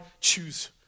choose